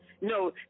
No